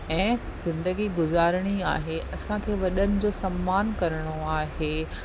ऐं ज़िंदगी गुज़ारणी आहे असांखे वॾण जो सम्मान करिणो आहे